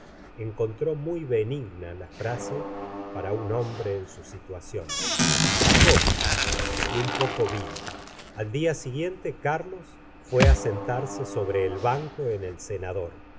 contró muy benigna la frase para un hombre en su situación hasta cómica y un poco vil al dia siguiente carlos fué á sentarse sobre el banco en el cenador